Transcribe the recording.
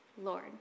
Lord